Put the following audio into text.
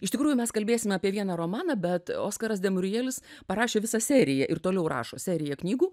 iš tikrųjų mes kalbėsim apie vieną romaną bet oskaras demurijelis parašė visą seriją ir toliau rašo seriją knygų